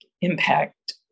impact